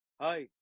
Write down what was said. hi